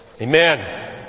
Amen